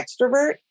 extrovert